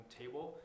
table